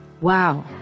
Wow